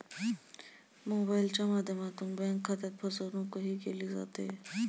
मोबाइलच्या माध्यमातून बँक खात्यात फसवणूकही केली जाते